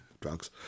drugs